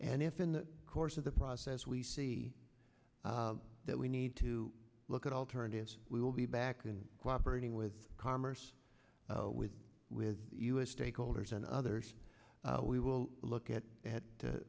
and if in the course of the process we see that we need to look at alternatives we will be back in cooperation with commerce with with us stakeholders and others we will look at what